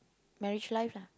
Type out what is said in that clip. manage life lah